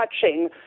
touching